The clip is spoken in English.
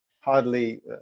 hardly